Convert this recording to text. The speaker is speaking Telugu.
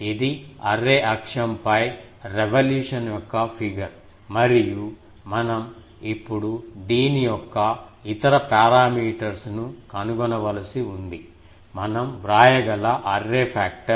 ఇది అర్రే అక్షం పై రెవల్యూషన్ యొక్క ఫిగర్ మరియు మనం ఇప్పుడు దీని యొక్క ఇతర పారామీటర్స్ ను కనుగొనవలసి ఉంది మనం వ్రాయగల అర్రే పాక్టర్